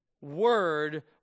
word